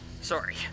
Sorry